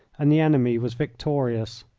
and the enemy was victorious.